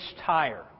tire